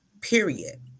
period